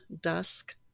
dusk